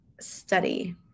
study